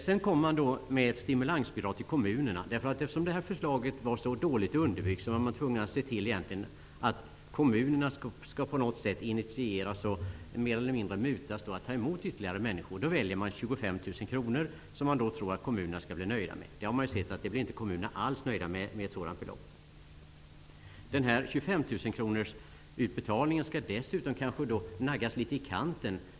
Sedan föreslås också ett stimulansbidrag till kommunerna. Eftersom förslaget var så dåligt underbyggt var man nämligen tvungen att se till att kommunerna mer eller mindre mutas att ta emot ytterligare människor, och då väljer man 25 000 kr, som man tror att kommunerna skall bli nöjda med. Vi har nu sett att kommunerna inte alls blir nöjda med ett sådant belopp. Utbetalningen om 25 000 kr skall dessutom kanske naggas litet i kanten.